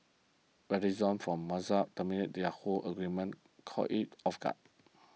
Verizon from Mozilla terminating the Yahoo agreement caught it off guard